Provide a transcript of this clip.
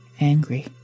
angry